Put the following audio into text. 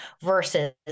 versus